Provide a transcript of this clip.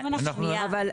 בסדר.